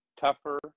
tougher